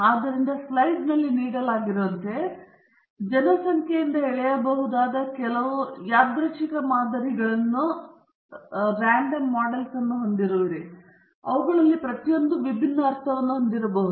ಆದ್ದರಿಂದ ಸ್ಲೈಡ್ನಲ್ಲಿ ನೀಡಲಾಗಿರುವಂತೆ ನೀವು ಜನಸಂಖ್ಯೆಯಿಂದ ಎಳೆಯಬಹುದಾದ ಹಲವು ಯಾದೃಚ್ಛಿಕ ಮಾದರಿಗಳನ್ನು ಹೊಂದಿದ್ದು ಅವುಗಳಲ್ಲಿ ಪ್ರತಿಯೊಂದೂ ವಿಭಿನ್ನ ಅರ್ಥವನ್ನು ಹೊಂದಿರಬಹುದು